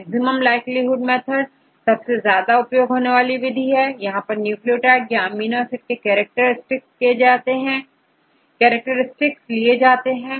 maximum likelihood method सबसे ज्यादा उपयोग होने वाली विधि है यहां पर न्यूक्लियोटाइड या अमीनो एसिड के कैरेक्टर स्टिक्स लिए जाते हैं